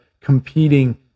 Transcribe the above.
competing